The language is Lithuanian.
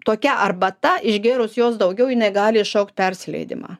tokia arbata išgėrus jos daugiau jinai gali iššaukt persileidimą